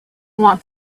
want